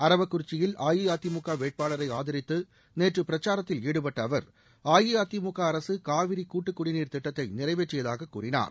அரவக்குறிச்சியில் அஇஅதிமுக வேட்பாளரை ஆதித்து நேற்று பிரச்சாரத்தில் ஈடுபட்ட அவர் அஇஅதிமுக அரசு காவிரி கூட்டு குடிநீர் திட்டத்தை நிறைவேற்றியதாக கூறினார்